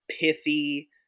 pithy